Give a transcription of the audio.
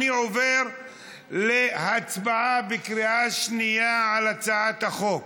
אני עובר להצבעה בקריאה שנייה על הצעת החוק.